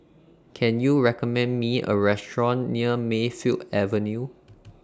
Can YOU recommend Me A Restaurant near Mayfield Avenue